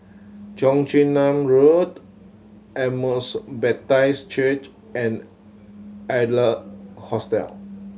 Cheong Chin Nam Road Emmaus Baptist Church and Adler Hostel